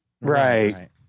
Right